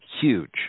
huge